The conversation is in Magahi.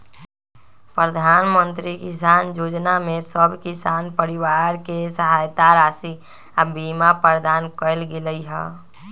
प्रधानमंत्री किसान जोजना में सभ किसान परिवार के सहायता राशि आऽ बीमा प्रदान कएल गेलई ह